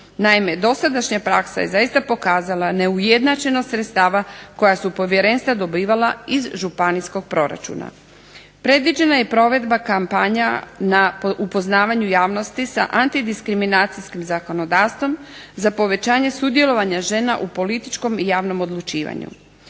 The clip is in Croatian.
Naime, dosadašnja praksa je zaista pokazala neujednačenost sredstava koje su povjerenstva dobivala iz županijskog proračuna. Predviđeno je provedba kampanja na upoznavanju javnosti sa antidiskriminacijskim zakonodavstvom, za povećanje sudjelovanja žena u političkom i javnom odlučivanju.